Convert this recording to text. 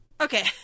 Okay